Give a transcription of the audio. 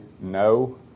no